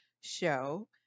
show